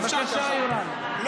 לא,